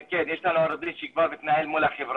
אני רק אתייחס לדברים שלדעתי צריך ללמוד מהתקופה הזאת,